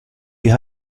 wir